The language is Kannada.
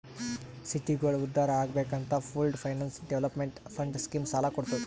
ಸಿಟಿಗೋಳ ಉದ್ಧಾರ್ ಆಗ್ಬೇಕ್ ಅಂತ pooled finance development fund scheme ಸಾಲ ಕೊಡ್ತುದ್